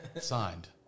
Signed